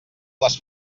les